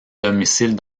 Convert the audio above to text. domicile